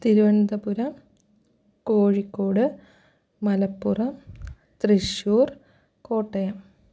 Thiruvananthapuram Kozhikode Malappuram Thrissur Kottayam